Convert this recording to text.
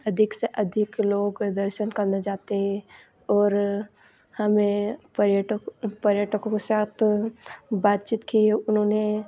अधिक से अधिक लोग दर्शन करने जाते हैं और हमें पर्यटक पर्यटकों के साथ बातचीत किए उन्होंने